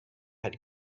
had